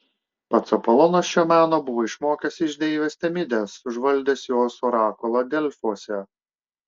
pats apolonas šio meno buvo išmokęs iš deivės temidės užvaldęs jos orakulą delfuose